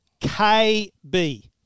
KB